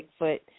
Bigfoot